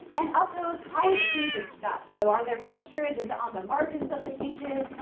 and of those, how is it being discussed? so, are there pictures? is it on the margins of the pages?